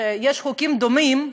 כשיש חוקים דומים,